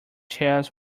chairs